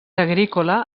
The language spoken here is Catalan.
agrícola